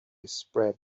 spread